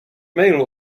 mailu